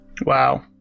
Wow